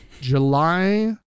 July